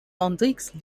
hendrix